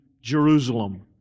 Jerusalem